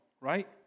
right